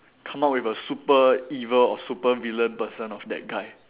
come up with a super evil or supervillain person of that guy